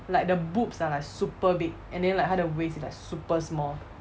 like the boobs are like super big and then like 她的 waist it's like super small